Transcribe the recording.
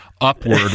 upward